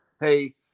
hey